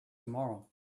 tomorrow